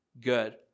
good